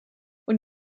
when